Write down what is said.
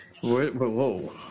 whoa